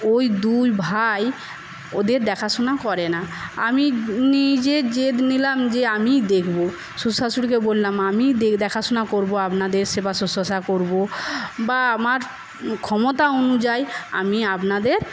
ওই দুই ভাই ওদের দেখা শোনা করে না আমি নিজের জেদ নিলাম যে আমিই দেখবো শ্বশুর শাশুড়িকে বললাম আমিই দেখাশোনা করবো আপনাদের সেবা শুশ্রূষা করবো বা আমার ক্ষমতা অনুযায়ী আমি আপনাদের